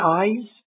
eyes